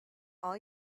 all